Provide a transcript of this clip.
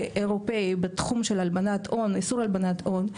אירופאי בתחום של איסור הלבנת הון,